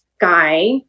guy